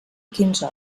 quinze